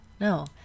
No